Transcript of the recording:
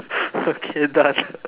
okay done